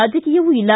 ರಾಜಕೀಯವೂ ಇಲ್ಲ